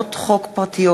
לדיון מוקדם: